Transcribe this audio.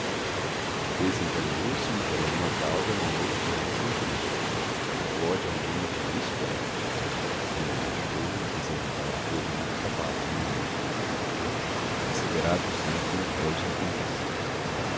promessa desencaminhou se uma cadelinha galga na noite de hontem trinta acode ao nome de miss dollar quem a achou e quiser levar à rua de mata cavalos no receberá duzentos mil-réis de recompensa